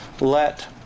Let